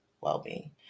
well-being